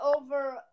over